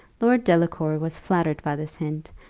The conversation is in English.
lord delacour was flattered by this hint,